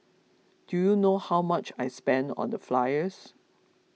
do you know how much I spent on the flyers